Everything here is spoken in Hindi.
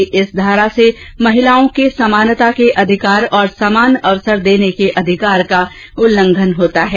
न्यायालय ने कहा कि इस धारा से महिलाओं के समानता के अधिकार और समान अवसर देने के अधिकार का उल्लंघन होता है